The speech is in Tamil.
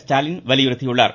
ஸ்டாலின் வலியுறுத்தியுள்ளார்